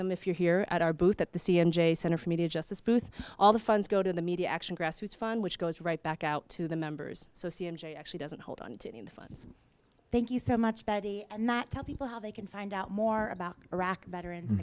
them if you're here at our booth at the c m j center for media justice booth all the funds go to the media action grassroots fund which goes right back out to the members so c m g actually doesn't hold on to the funds thank you so much betty and that tell people how they can find out more about iraq veteran